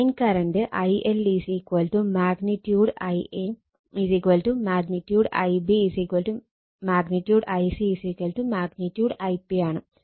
line current IL |Ia| |Ib| |Ic| |Ip| ആണ്